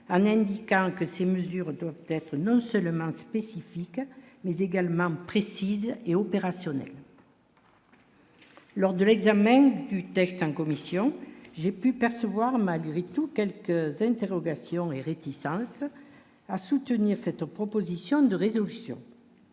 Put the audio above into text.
en indiquant que ces mesures doivent être nos seulement spécifique mais également précise et opérationnelle. Lors de l'examen du texte en commission, j'ai pu percevoir malgré tout quelques interrogations et réticents à soutenir cette proposition de résolution.